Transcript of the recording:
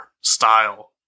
style